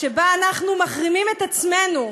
שבה אנחנו מחרימים את עצמנו,